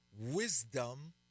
wisdom